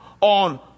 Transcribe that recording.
on